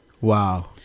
Wow